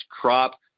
crop